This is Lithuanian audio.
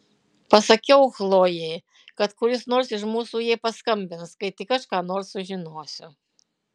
pasakiau chlojei kad kuris nors iš mūsų jai paskambins kai tik aš ką nors sužinosiu